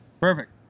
Perfect